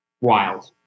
wild